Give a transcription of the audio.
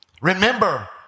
Remember